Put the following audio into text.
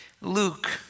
Luke